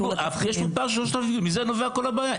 יש פה פער של 3,000 כיתות, מזה נובעת כל הבעיה.